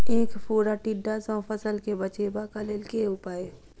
ऐंख फोड़ा टिड्डा सँ फसल केँ बचेबाक लेल केँ उपाय?